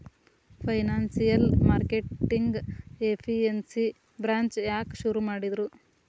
Financial marketing efficiency branch ಯಾಕ್ ಶುರು ಮಾಡಿದ್ರು?